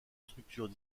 structures